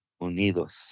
Unidos